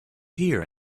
here